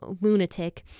lunatic